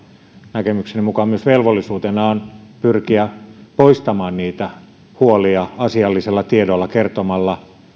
näkemykseni mukaan myös velvollisuutena on pyrkiä poistamaan niitä huolia asiallisella tiedolla kertomalla